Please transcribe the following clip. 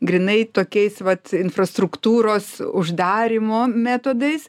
grynai tokiais vat infrastruktūros uždarymo metodais